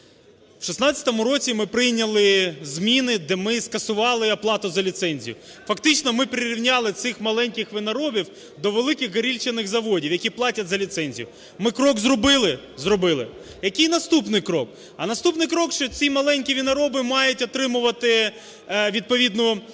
У 16-му році ми прийняли зміни, де ми скасували оплату за ліцензію. Фактично ми прирівняли цих маленьких виноробів до великих горілчаних заводів, які платять за ліцензію. Ми крок зробили? Зробили. Який наступний крок? А наступний крок, що ці маленькі винороби мають отримувати відповідну ліцензію,